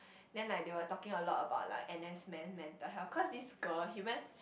then like they were talking a lot about like N_S man mental health because this girl he went